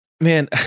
man